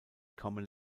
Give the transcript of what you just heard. common